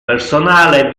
personale